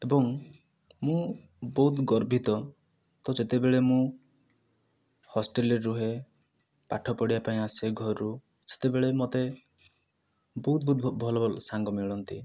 ଏବଂ ମୁଁ ବହୁତ ଗର୍ବିତ ତ ଯେତେବେଳେ ମୁଁ ହଷ୍ଟେଲରେ ରୁହେ ପାଠ ପଢ଼ିବା ପାଇଁ ଆସେ ଘରୁ ସେତେବେଳ ମତେ ବହୁତ ବହୁତ ଭଲ ଭଲ ସାଙ୍ଗ ମିଳନ୍ତି